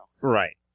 Right